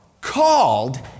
Called